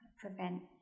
prevent